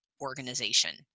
organization